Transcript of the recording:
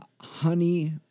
honey